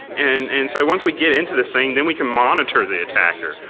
and and so once we get into this thing, and we can monitor the attacker.